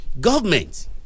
government